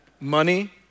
money